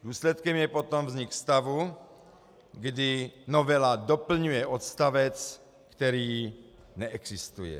Důsledkem je potom vznik stavu, kdy novela doplňuje odstavec, který neexistuje.